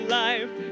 life